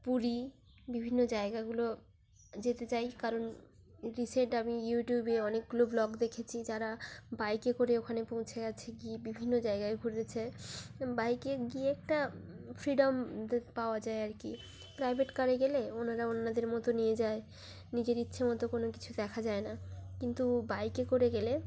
পুরী বিভিন্ন জায়গাগুলো যেতে চাই কারণ রিসেন্ট আমি ইউটিউবে অনেকগুলো ভ্লগ দেখেছি যারা বাইকে করে ওখানে পৌঁছে গিয়েছে গিয়ে বিভিন্ন জায়গায় ঘুরেছে বাইকে গিয়ে একটা ফ্রিডম পাওয়া যায় আর কি প্রাইভেট কারে গেলে ওনারা ওনাদের মতো নিয়ে যায় নিজের ইচ্ছে মতো কোনো কিছু দেখা যায় না কিন্তু বাইকে করে গেলে